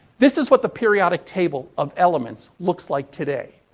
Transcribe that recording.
this is what the periodic table of elements looks like today.